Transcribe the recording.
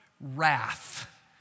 wrath